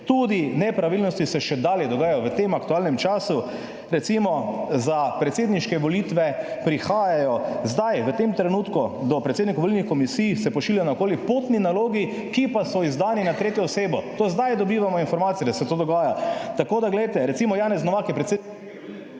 tudi nepravilnosti se še dalje dogajajo v tem aktualnem času, recimo za predsedniške volitve prihajajo zdaj v tem trenutku do predsednikov volilnih komisij se pošilja na okoli potni nalogi, ki pa so izdani na tretjo osebo. To zdaj dobivamo informacije, da se to dogaja. Tako da, glejte, recimo Janez Novak je precej …/ samodejni